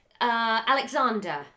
Alexander